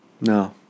no